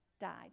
died